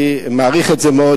אני מעריך את זה מאוד,